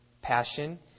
Passion